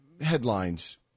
headlines